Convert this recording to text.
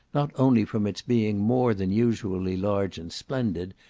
not only from its being more than usually large and splendid,